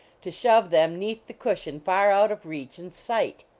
to shove them, neath the cushion, far out of reach and sight.